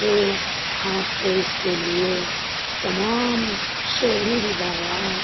تو آپ کو اس کے لیے تمام شعری روایات